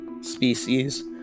species